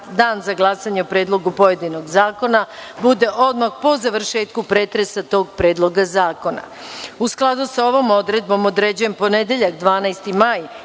Dan za glasanje o predlogu pojedinog zakona bude odmah po završetku pretresa tog predloga zakona.U skladu sa ovom odredbom određujem ponedeljak, 12. maj